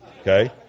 Okay